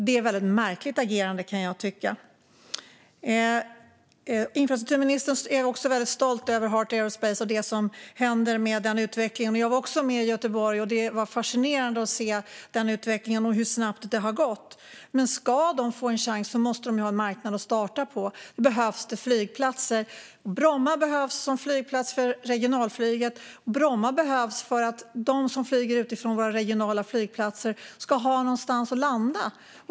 Det är ett väldigt märkligt agerande, kan jag tycka. Infrastrukturministern är väldigt stolt över Heart Aerospace och det som händer med den utvecklingen. Jag var också med i Göteborg, och det var fascinerande att se utvecklingen samt hur snabbt det har gått. Men ska de ha en chans måste de ha en marknad att starta på, och då behövs det flygplatser. Bromma behövs som flygplats för regionalflyget. Bromma behövs för att de som flyger från regionala flygplatser ute i landet ska ha någonstans att landa.